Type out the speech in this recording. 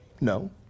No